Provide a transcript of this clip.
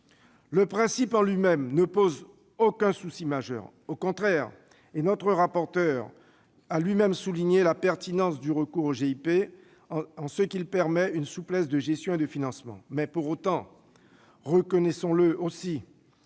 Le principe ne pose aucun souci majeur. Au contraire, notre rapporteur a lui-même souligné la pertinence du recours au GIP, en ce qu'il permet une souplesse de gestion et de financement. Pour autant, reconnaissons-le, il